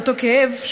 לאותו כאב,